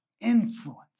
influence